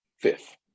fifth